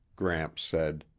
gramps said.